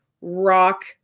rock